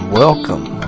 welcome